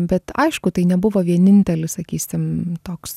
bet aišku tai nebuvo vienintelis sakysim toks